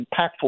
impactful